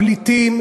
הפליטים,